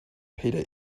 peter